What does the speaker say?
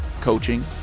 coaching